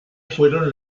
fueron